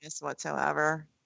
whatsoever